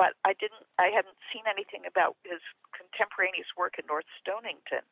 but i didn't i haven't seen anything about contemporaneous work in north stoningto